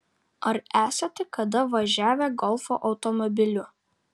ar esate kada važiavę golfo automobiliu